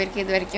ya